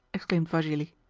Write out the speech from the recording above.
exclaimed vassili.